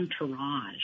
entourage